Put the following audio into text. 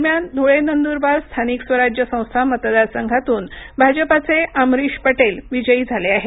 दरम्यान धुळे नंदुरबार स्थानिक प्राधिकारी संस्था मतदारसंघातून भाजपाचे अमरीश पटेल विजयी झाले आहेत